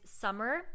Summer